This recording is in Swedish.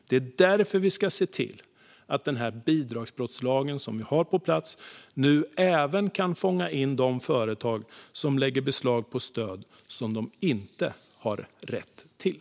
Det är därför vi ska se till att bidragsbrottslagen som vi har på plats nu även kan fånga in de företag som lägger beslag på stöd som de inte har rätt till.